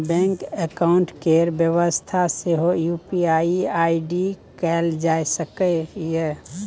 bank account केर बेबस्था सेहो यु.पी.आइ आइ.डी कएल जा सकैए